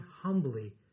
humbly